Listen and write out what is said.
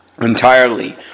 entirely